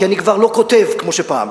כי אני כבר לא כותב כמו פעם.